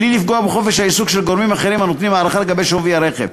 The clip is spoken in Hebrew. בלי לפגוע בחופש העיסוק של גורמים אחרים הנותנים הערכה לגבי שווי הרכב,